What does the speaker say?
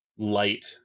light